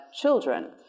children